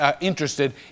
interested